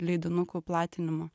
leidinukų platinimą